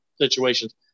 situations